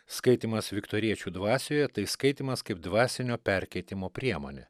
skaitymas viktoriečių dvasioje tai skaitymas kaip dvasinio perkeitimo priemonė